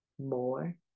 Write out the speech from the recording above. more